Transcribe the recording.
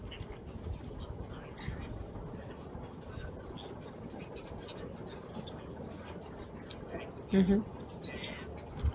mmhmm